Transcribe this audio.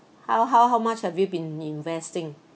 how how how much have you been investing